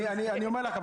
אני אומר לך,